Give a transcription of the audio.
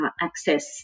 access